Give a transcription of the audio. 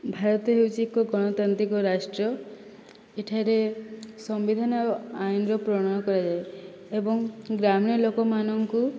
ଭାରତ ହେଉଛି ଏକ ଗଣତାନ୍ତ୍ରିକ ରାଷ୍ଟ୍ର ଏଠାରେ ସମ୍ବିଧାନ ଆଉ ଆଇନ୍ର ପ୍ରଣୟନ କରାଯାଏ ଏବଂ ଗ୍ରାମୀଣ ଲୋକମାନଙ୍କୁ